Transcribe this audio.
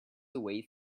away